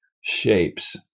shapes